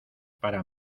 para